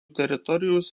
teritorijos